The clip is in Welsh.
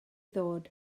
ddod